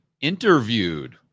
interviewed